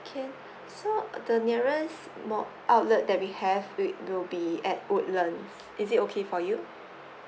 can so uh the nearest mall outlet that we have it will be at woodland is it okay for you